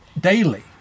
daily